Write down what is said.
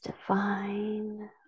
divine